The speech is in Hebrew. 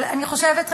אבל אני חושבת,